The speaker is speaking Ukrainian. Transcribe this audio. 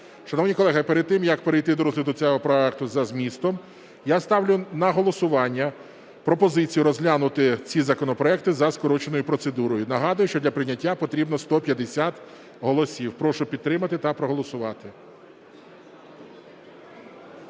Шановні колеги, перед тим як перейти до розгляду цього проекту за змістом, я ставлю на голосування пропозицію розглянути ці законопроекти за скороченою процедурою. Нагадую, що для прийняття потрібно 150 голосів. Прошу підтримати та проголосувати.